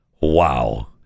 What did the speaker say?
Wow